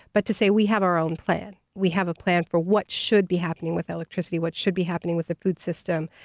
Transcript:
but to say we have our own plan. we have a plan for what should be happening with electricity, what should be happening with the food system,